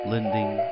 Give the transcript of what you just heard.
Lending